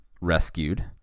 rescued